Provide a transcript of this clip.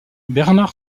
bernard